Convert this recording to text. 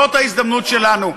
זאת ההזדמנות שלנו,